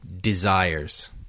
desires